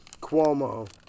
cuomo